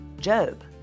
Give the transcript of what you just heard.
Job